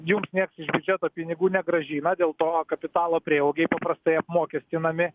jums nieks iš biudžeto pinigų negrąžina dėl to kapitalo prieaugiai paprastai apmokestinami